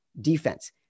defense